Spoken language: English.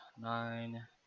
nine